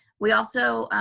we also,